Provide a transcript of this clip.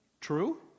True